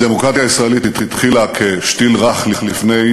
הדמוקרטיה הישראלית התחילה כשתיל רך לפני